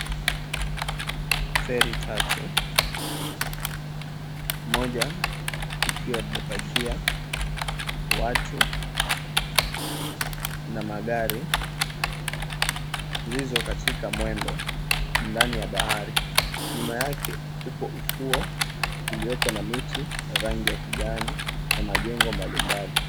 Feri tatu, moja limepakia watu na magari zilizo katika mwendo ndani ya bahari. Nyuma yake upo ufuo ulioko na miti rangi ya kijani na majengo mbalimbali.